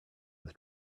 was